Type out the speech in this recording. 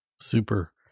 Super